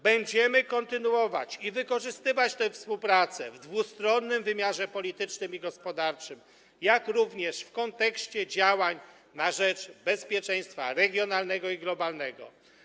Będziemy kontynuować i wykorzystywać tę współpracę w dwustronnym wymiarze politycznym i gospodarczym, jak również w kontekście działań na rzecz bezpieczeństwa regionalnego i globalnego.